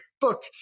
book